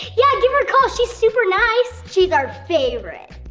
yeah give her a call, she's super nice! she's our favorite!